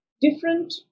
different